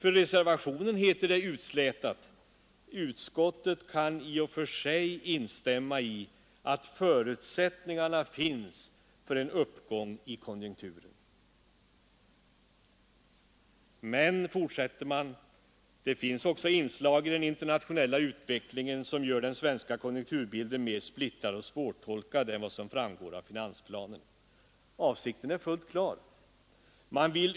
I reservationen heter det utslätat: ”Utskottet kan i och för sig instämma i att förutsättningar finns för en uppgång i konjunkturen.” Man säger vidare att det också finns ”inslag i bl.a. den internationella utvecklingen, som gör den svenska konjunkturbilden mer splittrad och svårtolkad än vad som framgår av finansplanen”. Avsikten är fullt klar.